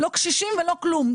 לא קשישים ולא כלום.